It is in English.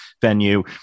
venue